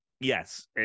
Yes